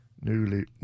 Newly